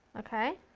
okay?